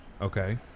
Okay